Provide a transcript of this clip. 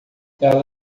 ela